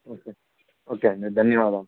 okay okay అండి ధన్యవాదాలు